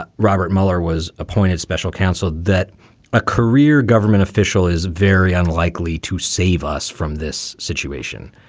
ah robert mueller was appointed special counsel that a career government official is very unlikely to save us from this situation.